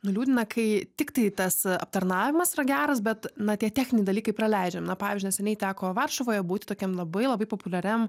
nuliūdina kai tiktai tas aptarnavimas yra geras bet na tie techniniai dalykai praleidžiami na pavyzdžiui neseniai teko varšuvoje būti tokiam labai labai populiariam